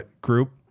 group